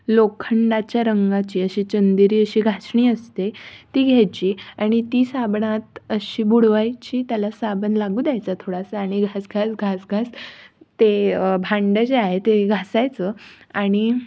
लोखंडाच्या रंगाची अशी चंदेरी अशी घासणी असते ती घ्यायची आणि ती साबणात अशी बुडवायची त्याला साबण लागू द्यायचा थोडासां आणि घास घास घास घास ते भांडं जे आहे ते घासायचं आणि